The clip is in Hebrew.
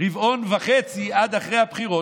רבעון וחצי עד אחרי הבחירות.